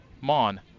Mon